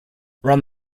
around